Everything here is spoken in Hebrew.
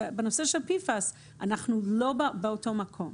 בנושא של PFAS אנחנו לא באותו מקום.